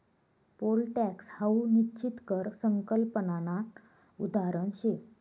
pole tax हाऊ निश्चित कर संकल्पनानं उदाहरण शे